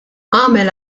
għamel